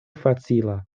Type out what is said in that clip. facila